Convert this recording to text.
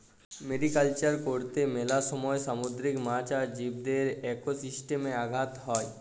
mariculture করত্যে মেলা সময় সামুদ্রিক মাছ আর জীবদের একোসিস্টেমে আঘাত হ্যয়